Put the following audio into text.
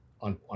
on